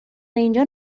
اینجا